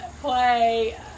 play